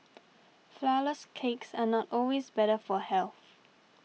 Flourless Cakes are not always better for health